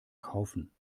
kaufen